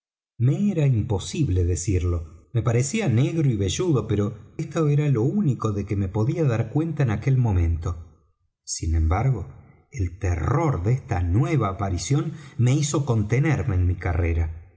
me era imposible decirlo me parecía negro y velludo pero esto era lo único de que me podía dar cuenta en aquel momento sin embargo el terror de esta nueva aparición me hizo contenerme en mi carrera